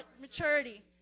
maturity